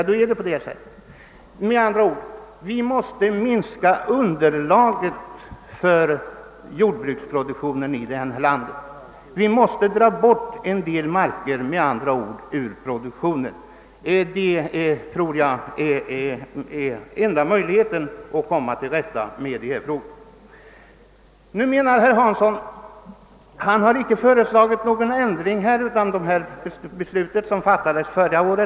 Vi måste minska underlaget för jordbruksproduktionen i detta land. Vi måste med andra ord dra bort en del marker ur produktionen. Det tror jag är enda möjligheten att komma till rätta med svårigheterna på detta område. Herr Hansson i Skegrie säger att han inte har föreslagit någon ändring av det beslut som fattades förra året.